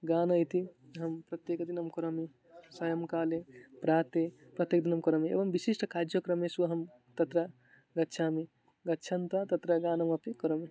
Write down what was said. गानम् इति अहं प्रत्येकं दिनं करोमि सायंकाले प्रातः प्रतिदिनं करोमि एवं विशिष्टकार्यक्रमेषु अहं तत्र गच्छामि गच्छन्तः तत्र गानमपि करोमि